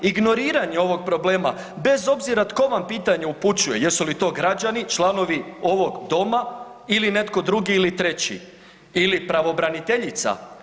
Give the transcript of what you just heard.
Ignoriranje ovog problema bez obzira tko vam pitanje upućuje, jesu li to građani, članovi ovog doma ili netko drugi, ili treći ili pravobraniteljica.